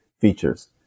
features